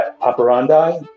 operandi